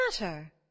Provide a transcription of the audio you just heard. matter